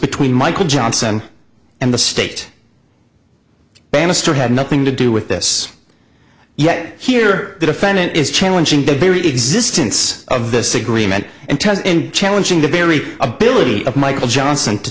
between michael johnson and the state bannister had nothing to do with this yet here the defendant is challenging the very existence of this agreement and turns in challenging the very ability of michael johnson to